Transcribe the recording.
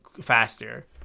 faster